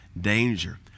danger